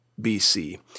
BC